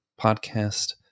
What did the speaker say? Podcast